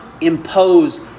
impose